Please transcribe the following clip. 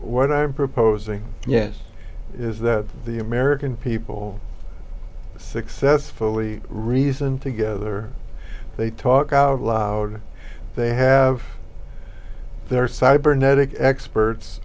what i'm proposing yes is that the american people successfully reason together they talk out loud they have their cybernetic experts